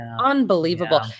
unbelievable